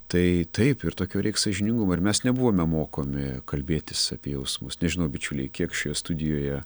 tai taip ir tokio reik sąžiningumo ir mes nebuvome mokomi kalbėtis apie jausmus nežinau bičiuliai kiek šioje studijoje